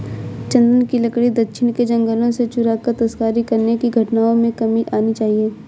चन्दन की लकड़ी दक्षिण के जंगलों से चुराकर तस्करी करने की घटनाओं में कमी आनी चाहिए